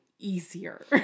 easier